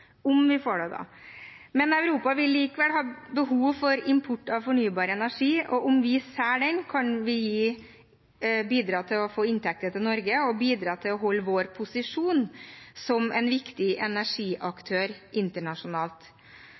om vi får det. Men Europa vil likevel ha behov for import av fornybar energi, og om vi selger den, kan vi bidra til å få inntekter til Norge og bidra til å beholde vår posisjon som en viktig energiaktør internasjonalt.